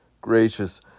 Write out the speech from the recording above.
gracious